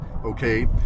Okay